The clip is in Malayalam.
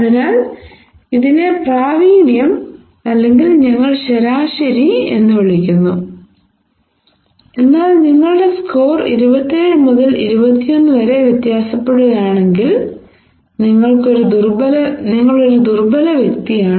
അതിനാൽ ഇതിനെ പ്രാവീണ്യം അല്ലെങ്കിൽ ഞങ്ങൾ ശരാശരി എന്ന് വിളിക്കുന്നു എന്നാൽ നിങ്ങളുടെ സ്കോർ ഇരുപത്തിയേഴ് മുതൽ ഇരുപത്തിയൊന്ന് വരെ വ്യത്യാസപ്പെടുകയാണെങ്കിൽ നിങ്ങൾ ഒരു ദുർബല വ്യക്തിയാണ്